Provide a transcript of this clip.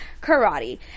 karate